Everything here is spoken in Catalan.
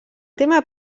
tema